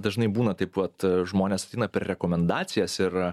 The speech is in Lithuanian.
dažnai būna taip vat žmonės ateina per rekomendacijas ir